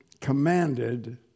commanded